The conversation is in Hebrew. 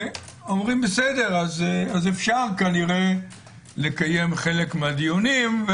אומרים: אז אפשר כנראה לקיים חלק מהדיונים,